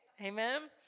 Amen